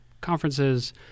conferences